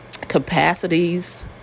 capacities